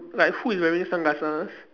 like who is wearing sunglasses